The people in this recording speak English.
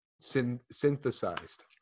synthesized